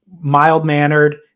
mild-mannered